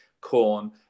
Corn